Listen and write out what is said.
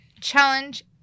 challenge